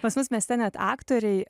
pas mus mieste net aktoriai